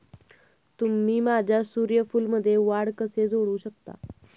तुम्ही माझ्या सूर्यफूलमध्ये वाढ कसे जोडू शकता?